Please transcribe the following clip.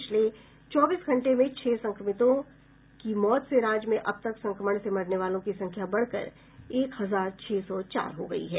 पिछले चौबीस घंटे में छह संक्रमितों की मौत से राज्य में अबतक संक्रमण से मरने वालों की संख्या बढ़कर एक हजार छह सौ चार हो गई है